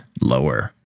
lower